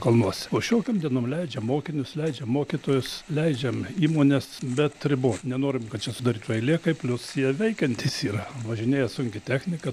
kalnuose o šiokiom dienom leidžiam mokinius leidžiam mokytojus leidžiam įmones bet ribot nenorim kad čia sudarytų eilė kai plius jie veikiantys yra važinėja sunki technika